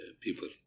people